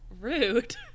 rude